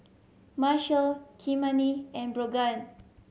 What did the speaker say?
Marshal Kymani and Brogan